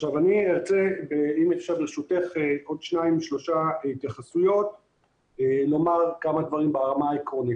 ברשותך עוד שתיים-שלוש התייחסויות ברמה העקרונית.